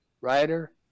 writer